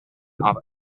other